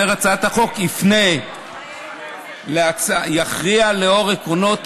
אומרת הצעת החוק, יכריע לאור עקרונות החירות,